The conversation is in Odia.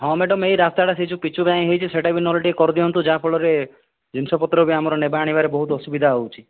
ହଁ ମ୍ୟାଡ଼ାମ ଏ ରାସ୍ତାଟା ଯେଉଁ ପିଚୁ ପାଇଁ ହୋଇଛି ସେହିଟା ବି ଟିକେ କରିଦିଅନ୍ତୁ ଯାହାଫଳରେ ଜିନିଷପତ୍ର ବି ଆମର ନେବା ଆଣିବାରେ ବହୁତ ଅସୁବିଧା ହେଉଛି